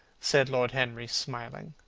said lord henry, smiling,